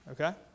okay